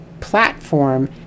platform